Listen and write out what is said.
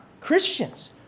Christians